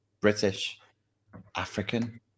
British-African